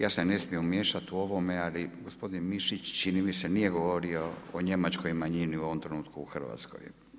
Ja se ne smijem miješati u ovome, ali gospodin Mišić čini mi se nije govorio o njemačkoj manjini u ovom trenutku u Hrvatskoj.